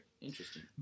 interesting